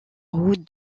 route